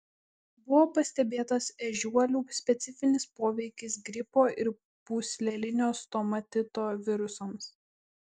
buvo pastebėtas ežiuolių specifinis poveikis gripo ir pūslelinio stomatito virusams